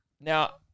Now